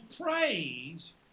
praise